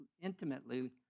intimately